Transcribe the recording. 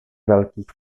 velkých